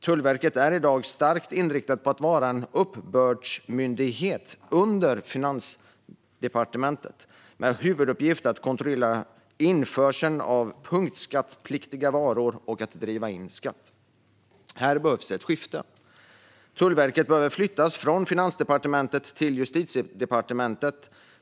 Tullverket är i dag starkt inriktat på att vara en uppbördsmyndighet under Finansdepartementet med huvuduppgift att kontrollera införseln av punktskattepliktiga varor och att driva in skatt. Här behövs ett skifte. Tullverket behöver flyttas från Finansdepartementet till Justitiedepartementet.